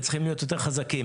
וצריכים להיות יותר חזקים.